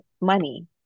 money